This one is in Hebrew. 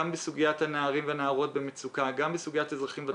גם לנערים ונערות במצוקה, אזרחים ותיקים.